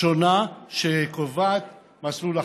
השונה, שקובעת מסלול אחר.